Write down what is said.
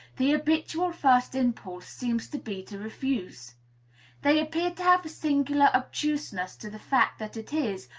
the habitual first impulse seems to be to refuse they appear to have a singular obtuseness to the fact that it is,